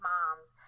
Moms